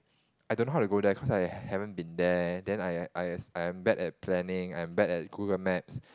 I don't know how to go there cause I haven't been there then I I I'm bad at planning I'm bad at Google Maps